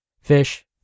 fish